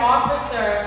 Officer